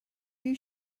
you